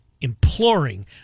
imploring